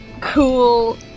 cool